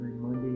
Monday